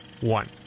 one